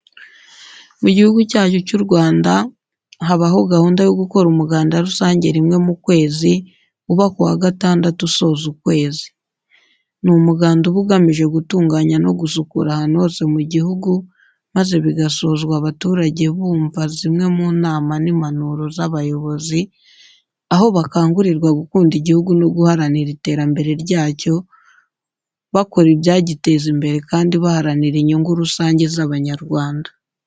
Mu gihugu cyacu cy'u Rwanda habaho gahunda yo gukora umuganda rusange rimwe mu kwezi uba ku wa gatandatu usoza ukwezi. Ni umuganda uba ugamije gutunganya no gusukura ahantu hose mu gihugu maze bigasozwa abaturage bumva zimwe mu nama n'impanuro z'abayobozi, aho bakangurirwa gukunda igihugu no guharanira iterambere ryacyo bakora ibyagiteza imbere kandi baharanira inyungu rusange z'Abanyarwanda.